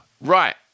right